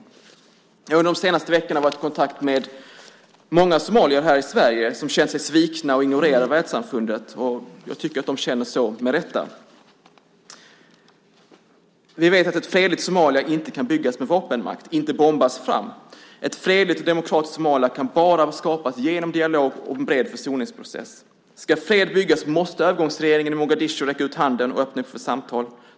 Jag har under de senaste veckorna varit i kontakt med många somalier här i Sverige som har känt sig svikna och ignorerade av världssamfundet. Jag tycker att de känner så med rätta. Vi vet att ett fredligt Somalia inte kan byggas med vapenmakt. Det kan inte bombas fram. Ett fredligt och demokratisk Somalia kan bara skapas genom dialog och en bred försoningsprocess. Ska fred byggas måste övergångsregeringen i Mogadishu räcka ut handen och öppna för samtal.